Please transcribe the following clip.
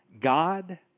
God